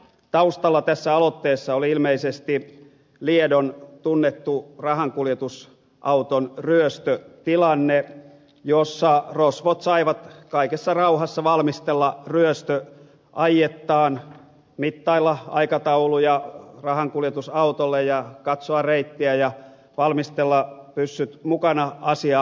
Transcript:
taustalla tässä aloitteessa oli ilmeisesti liedon tunnettu rahankuljetusauton ryöstötilanne jossa rosvot saivat kaikessa rauhassa valmistella ryöstöaiettaan mittailla aikatauluja rahankuljetusautolle ja katsoa reittiä ja valmistella pyssyt mukana asiaa